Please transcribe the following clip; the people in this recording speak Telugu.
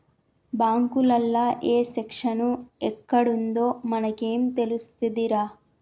బాంకులల్ల ఏ సెక్షను ఎక్కడుందో మనకేం తెలుస్తదిరా